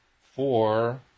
four